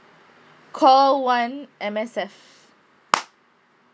call one M_S_F